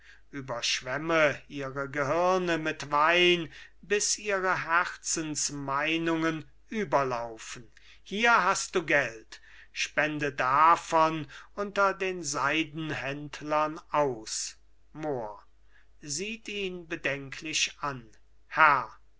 überschwemme ihr gehirne mit wein bis ihre herzensmeinungen überlaufen hier hast du geld spende davon unter den seidenhändlern aus mohr sieht ihn bedenklich an